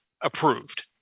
approved